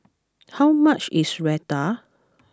how much is Raita